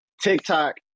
TikTok